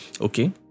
Okay